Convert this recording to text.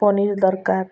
ପନିର୍ ଦରକାର